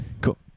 Cool